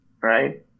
right